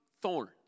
thorns